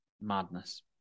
Madness